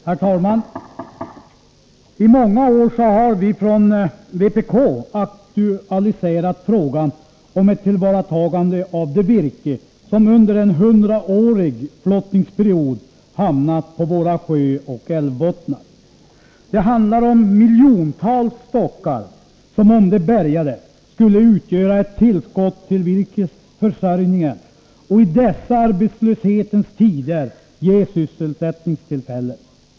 Herr talman! I många år har vi från vpk aktualiserat frågan om ett tillvaratagande av det virke som under en hundraårig flottningsperiod hamnat på våra sjöoch älvbottnar. Det handlar om miljontals stockar, som — om de bärgades — skulle utgöra ett tillskott till virkesförsörjningen och i dessa arbetslöshetens tider ge sysselsättningstillfällen.